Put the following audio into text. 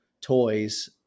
toys